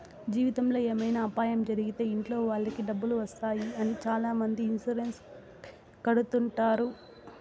జీవితంలో ఏమైనా అపాయం జరిగితే ఇంట్లో వాళ్ళకి డబ్బులు వస్తాయి అని చాలామంది ఇన్సూరెన్స్ కడుతుంటారు